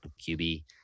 QB